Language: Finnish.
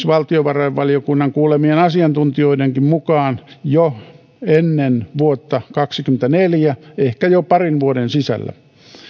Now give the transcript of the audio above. valtiovarainvaliokunnan kuulemien asiantuntijoidenkin mukaan jo ennen vuotta kaksikymmentäneljä ehkä jo parin vuoden sisällä